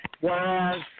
Whereas